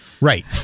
Right